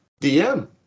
DM